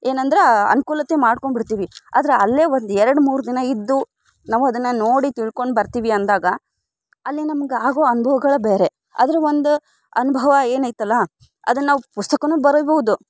ಏನಂದ್ರೆ ಅನುಕೂಲತೆ ಮಾಡ್ಕೊಂಡ್ಬಿಡ್ತೀವಿ ಆದರೆ ಅಲ್ಲೇ ಒಂದು ಎರ್ಡು ಮೂರು ದಿನ ಇದ್ದು ನಾವು ಅದನ್ನು ನೋಡಿ ತಿಳ್ಕೊಂಡು ಬರ್ತೀವಿ ಅಂದಾಗ ಅಲ್ಲಿ ನಮ್ಗೆ ಆಗೋ ಅನುಭವಗಳ ಬೇರೆ ಅದ್ರ ಒಂದು ಅನುಭವ ಏನೈತಲ್ಲ ಅದನ್ನ ನಾವು ಪುಸ್ತಕವೂ ಬರಿಬೋದು